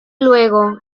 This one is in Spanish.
luego